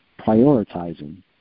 prioritizing